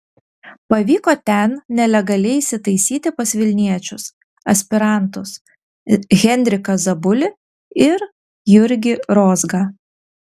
pavyko ten nelegaliai įsitaisyti pas vilniečius aspirantus henriką zabulį ir jurgį rozgą